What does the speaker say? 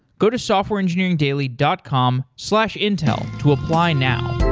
go to softwareengineeringdaily dot com slash intel to apply now.